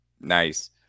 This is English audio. nice